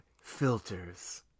filters